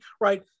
right